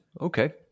Okay